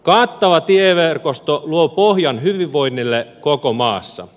kattava tieverkosto luo pohjan hyvinvoinnille koko maassa